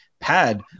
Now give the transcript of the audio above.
pad